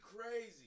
crazy